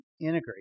integrate